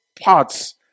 parts